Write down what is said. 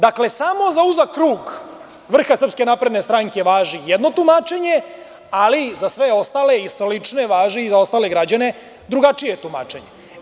Dakle, samo za uzak krug vrha SNS važi jedno tumačenje, ali za sve ostale i slične, važi i za ostale građane drugačije tumačenje.